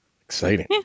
Exciting